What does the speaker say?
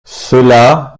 cela